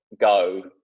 go